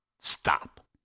Stop